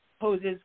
poses